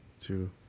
two